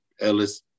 Ellis